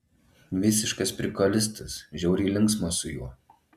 visiškas prikolistas žiauriai linksma su juo